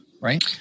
right